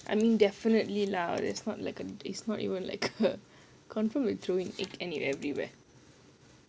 I mean definitely lah that's not like a it's not even like err confirm will throw in egg add in everywhere